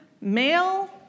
Male